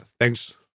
Thanks